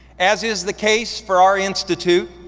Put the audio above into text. as is the case for our institute,